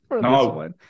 No